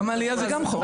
יום העלייה זה גם חוק.